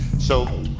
so,